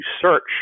search